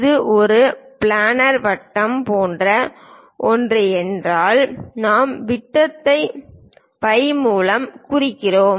இது ஒரு பிளானர் வட்டம் போன்ற ஒன்று என்றால் நாம் விட்டம் பை மூலம் குறிக்கிறோம்